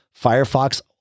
Firefox